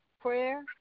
prayer